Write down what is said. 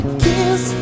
kiss